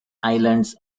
islands